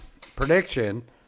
prediction